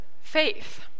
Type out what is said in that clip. faith